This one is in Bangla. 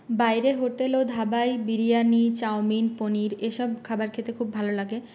বাইরে হোটেলে ও ধাবায় বিরিয়ানি চাউমিন পনির এসব খাবার খেতে খুব ভালো লাগে